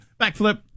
backflip